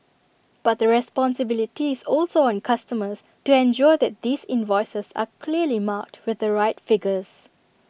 but the responsibility is also on customers to ensure that these invoices are clearly marked with the right figures